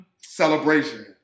celebration